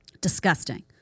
Disgusting